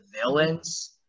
villains